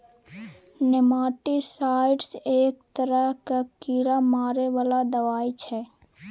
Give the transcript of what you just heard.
nematicides एक तरहक कीड़ा मारै बला दबाई छै